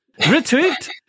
Retweet